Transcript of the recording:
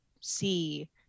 see